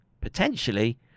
potentially